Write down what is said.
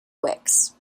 wicks